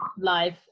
live